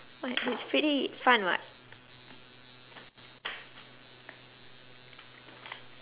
but it's pretty fun [what]